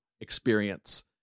experience